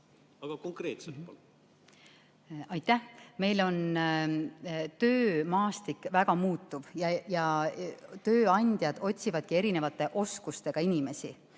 Aitäh! Meil on töömaastik väga muutuv ja tööandjad otsivad erinevate oskustega inimesi.